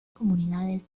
comunidades